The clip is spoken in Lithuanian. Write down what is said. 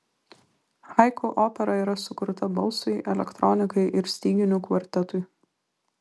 haiku opera yra sukurta balsui elektronikai ir styginių kvartetui